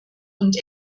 und